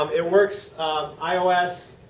um it works ios,